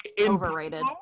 Overrated